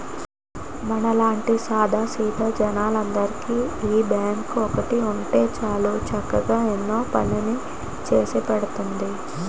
మనలాంటి సాదా సీదా జనాలందరికీ ఈ బాంకు ఒక్కటి ఉంటే చాలు చక్కగా ఎంతో పనిచేసి పెడతాంది